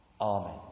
Amen